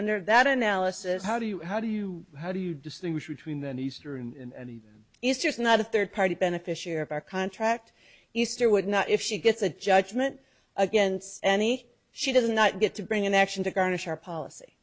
under that analysis how do you how do you how do you distinguish between the needs through and is just not a third party beneficiary of our contract easter would not if she gets a judgment against any she does not get to bring an action to garnish our policy